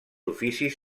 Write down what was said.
oficis